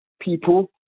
people